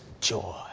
joy